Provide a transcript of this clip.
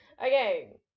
okay